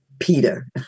Peter